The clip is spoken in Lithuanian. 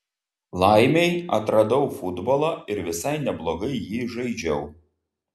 laimei atradau futbolą ir visai neblogai jį žaidžiau